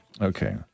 Okay